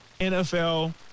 NFL